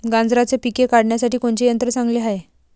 गांजराचं पिके काढासाठी कोनचे यंत्र चांगले हाय?